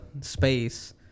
Space